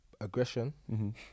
aggression